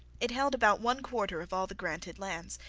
it held about one-quarter of all the granted lands,